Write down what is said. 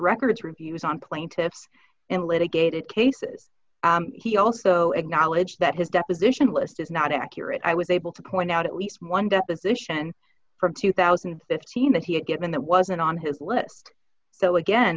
records reviews on plaintiffs in litigated cases he also acknowledged that his deposition list is not accurate i was able to point out at least one deposition from two thousand and fifteen that he had given that wasn't on his list so again